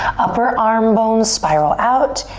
upper arm bones spiral out.